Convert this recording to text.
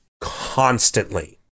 constantly